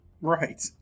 Right